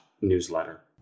newsletter